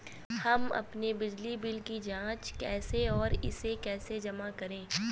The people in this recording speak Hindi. हम अपने बिजली बिल की जाँच कैसे और इसे कैसे जमा करें?